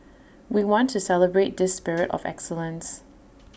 we want to celebrate this spirit of excellence